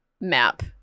map